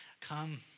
come